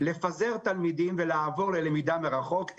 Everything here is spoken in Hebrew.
לפזר תלמידים ולעבור ללמידה מרחוק,